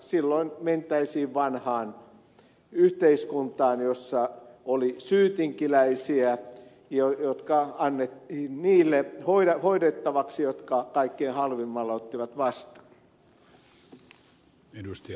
silloin mentäisiin vanhaan yhteiskuntaan jossa oli syytinkiläisiä jotka annettiin niille hoidettavaksi jotka kaikkein halvimmalla ottivat vastaan